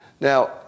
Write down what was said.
Now